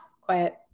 quiet